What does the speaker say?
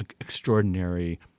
extraordinary